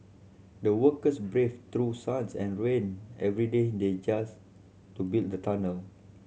the workers braved through suns and rain every day they just to build the tunnel